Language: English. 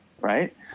right